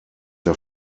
der